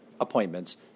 appointments